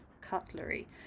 cutlery